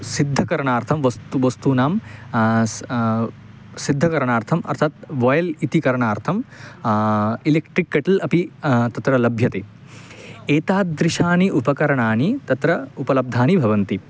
सिद्धकरणार्थं वस्तु वस्तूनां स् सिद्धकरणार्थम् अर्थात् वोइल् इति करणार्थम् इलिक्ट्रिक् केटल् अपि तत्र लभ्यते एतादृशानि उपकरणानि तत्र उपलब्धानि भवन्ति